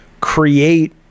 create